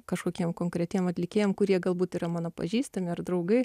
kažkokiem konkretiem atlikėjam kurie galbūt yra mano pažįstami ar draugai